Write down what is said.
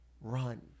run